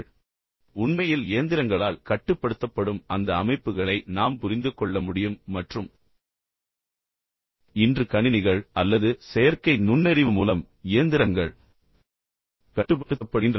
எனவே உண்மையில் இயந்திரங்களால் கட்டுப்படுத்தப்படும் அந்த அமைப்புகளை நாம் புரிந்து கொள்ள முடியும் மற்றும் இன்று கணினிகள் அல்லது செயற்கை நுண்ணறிவு மூலம் இயந்திரங்கள் கட்டுபப்டுத்தப்படுகின்றன